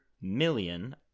Million